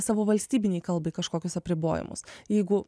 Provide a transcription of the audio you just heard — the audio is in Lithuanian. savo valstybinei kalbai kažkokius apribojimus jeigu